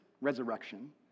resurrection